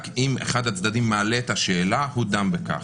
רק אם אחד הצדדים מעלה את השאלה, הוא דן בכך.